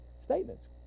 statements